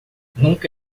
nunca